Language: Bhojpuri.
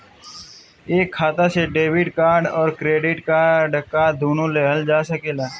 एक खाता से डेबिट कार्ड और क्रेडिट कार्ड दुनु लेहल जा सकेला?